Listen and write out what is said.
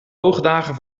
hoogdagen